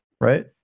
right